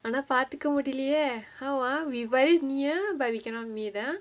ஆனா பாத்துக்க முடிலயே:aanaa paathukka mudilayae how ah we very near but we cannot meet ah